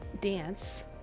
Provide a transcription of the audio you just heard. dance